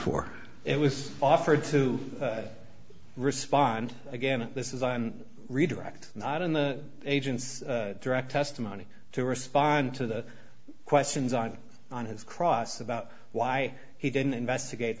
for it was offered to respond again this is on redirect not in the agent's direct testimony to respond to the questions on on his cross about why he didn't investigate